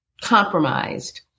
compromised